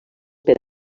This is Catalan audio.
per